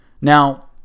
Now